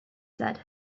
said